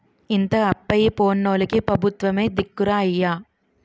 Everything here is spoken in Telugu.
ఇంత అప్పయి పోనోల్లకి పెబుత్వమే దిక్కురా అయ్యా